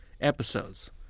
episodes